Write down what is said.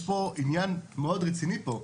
יש פה עניין מאוד רציני פה,